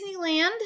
Disneyland